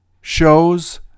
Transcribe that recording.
shows